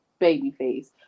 babyface